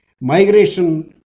migration